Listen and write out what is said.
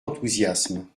enthousiasme